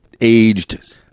aged